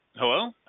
Hello